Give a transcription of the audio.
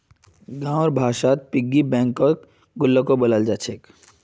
गाँउर भाषात पिग्गी बैंकक गुल्लको बोलाल जा छेक